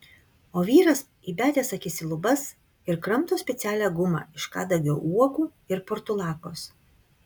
o vyras įbedęs akis į lubas ir kramto specialią gumą iš kadagio uogų ir portulakos